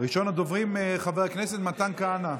ראשון הדוברים, חבר הכנסת מתן כהנא.